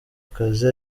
akazi